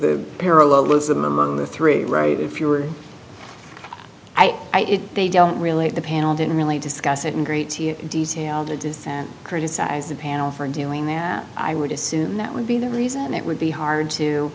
the parallelism of the three right if you're right if they don't relate the panel didn't really discuss it in great detail to dissent criticize a panel for doing their i would assume that would be the reason it would be hard to